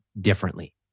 differently